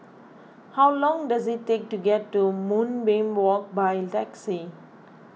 how long does it take to get to Moonbeam Walk by taxi